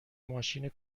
ماشین